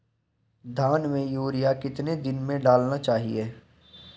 धान में यूरिया कितने दिन में डालना चाहिए?